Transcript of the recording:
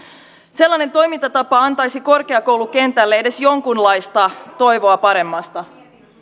sellainen toimintatapa antaisi korkeakoulukentälle edes jonkunlaista toivoa paremmasta